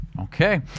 Okay